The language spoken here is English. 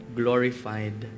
glorified